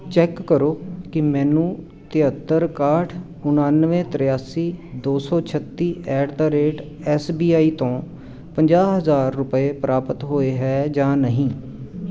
check ਕਰੋ ਕਿ ਮੈਨੂੰ ਤਿਹੱਤਰ ਇਕਾਹਠ ਉਣਾਨਵੇਂ ਤ੍ਰਿਆਸੀ ਦੋ ਸੌ ਛੱਤੀ ਐਟ ਦਾ ਰੇਟ ਐੱਸ ਬੀ ਆਈ ਤੋਂ ਪੰਜਾਹ ਹਜ਼ਾਰ ਰੁਪਏ ਪ੍ਰਾਪਤ ਹੋਏ ਹੈ ਜਾਂ ਨਹੀਂ